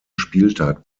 spieltag